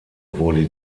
wurde